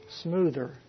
smoother